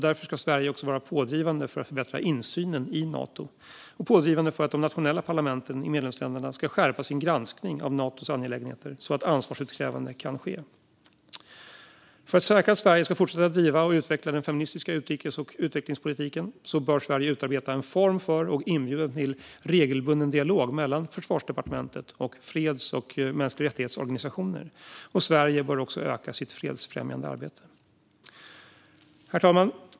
Därför ska Sverige också vara pådrivande för att förbättra insynen i Nato och pådrivande för att de nationella parlamenten i medlemsländerna ska skärpa sin granskning av Natos angelägenheter så att ansvarsutkrävande kan ske. För att säkra att Sverige ska fortsätta att driva och utveckla den feministiska utrikes och utvecklingspolitiken bör Sverige utarbeta en form för, och inbjuda till, regelbunden dialog mellan Försvarsdepartementet och organisationer för fred och mänskliga rättigheter. Sverige bör också öka sitt fredsfrämjande arbete. Herr talman!